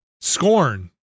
Scorn